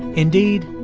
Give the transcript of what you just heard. indeed,